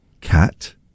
Cat